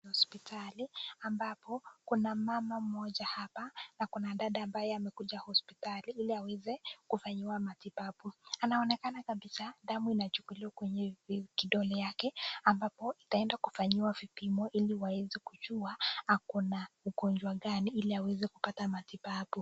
Hospitali, ambapo kuna mama moja hapa, kuna dada ambaye amekuja hospitali hili aweze kufanyiwa matibabu. Anaonekana kabisa damu inachukuliwa kwenye kidole yake ambapo itaenda kufanyiwa vipimo ili waweze kujua ako na ugonjwa gani, ili aweze kupata matibabu.